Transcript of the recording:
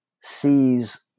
sees